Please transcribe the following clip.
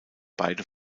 beide